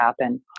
happen